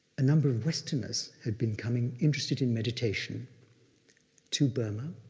a number of westerners had been coming, interested in meditation to burma.